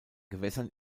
gewässern